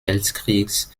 weltkriegs